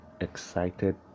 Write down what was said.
excited